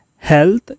Health